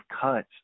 cut